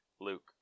Luke